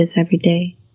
everyday